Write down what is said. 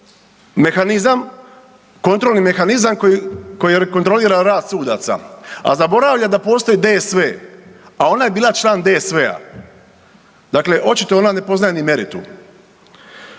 mehanizam, kontrolni mehanizam koji kontrolira rad sudaca, a zaboravlja da postoji DSV, a ona je bila član DSV, dakle očito ona ne poznaje ni meritum.